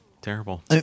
terrible